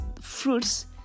fruits